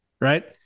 right